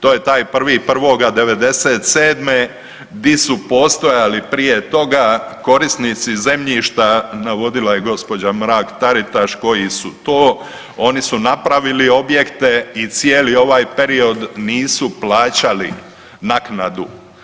To je taj 1.1.'97. di su postojali prije toga korisnici zemljišta navodila je gospođa Mrak Taritaš koji su to, oni su napravili objekte i cijeli ovaj period nisu plaćali naknadu.